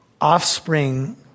offspring